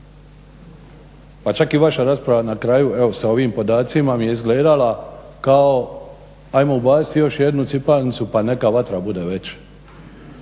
Pa čak i vaša rasprava na kraju evo sa ovim podacima mi je izgledala kao ajmo ubaciti još jednu cjepanicu pa neka vatra bude veća.